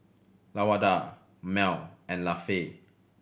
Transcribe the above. Lawanda Mel and Lafe